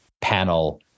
panel